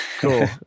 Cool